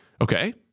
Okay